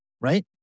right